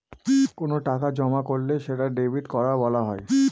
কোনো টাকা জমা করলে সেটা ডেবিট করা বলা হয়